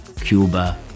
Cuba